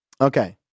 Okay